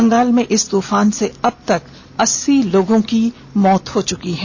बंगाल में इस तूफान से अब तक अस्सी लोगों की मौत हो चुकी है